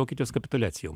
vokietijos kapituliacija jau